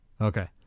Okay